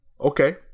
Okay